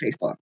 Facebook